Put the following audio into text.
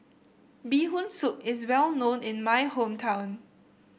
Bee Hoon Soup is well known in my hometown